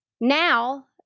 Now